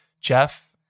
Jeff